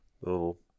little